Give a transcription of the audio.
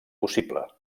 possible